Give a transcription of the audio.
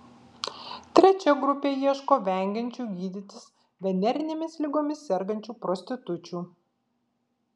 trečia grupė ieško vengiančių gydytis venerinėmis ligomis sergančių prostitučių